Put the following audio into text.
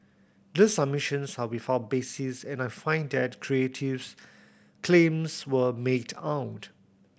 these submissions are without basis and I find that Creative's claims were made out